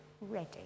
ready